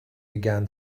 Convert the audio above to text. began